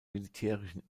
militärischen